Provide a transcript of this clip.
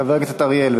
חבר הכנסת אריאל.